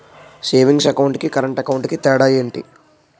Savings account కి current account కి తేడా ఏమిటి?